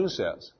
says